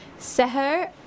Seho